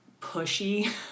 pushy